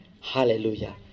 Hallelujah